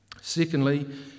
Secondly